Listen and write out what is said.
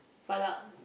Valak